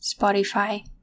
Spotify